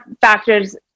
factors